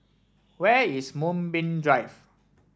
where is Moonbeam Drive